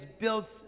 built